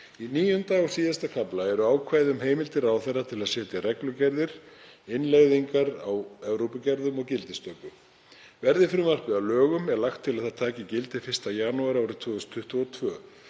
Í IX. og síðasta kafla eru ákvæði um heimildir ráðherra til að setja reglugerðir, innleiðingar á Evrópugerðum og gildistöku. Verði frumvarpið að lögum er lagt til að það taki gildi 1. janúar 2022.